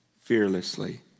fearlessly